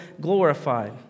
glorified